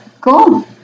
Cool